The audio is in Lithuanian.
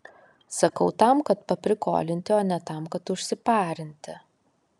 sakau tam kad paprikolinti o ne tam kad užsiparinti